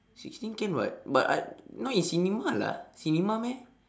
sixteen can [what] but I not in cinema lah cinema meh